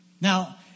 Now